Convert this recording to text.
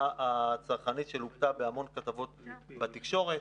הצרכנית שלוותה בהמון כתבות בתקשורת.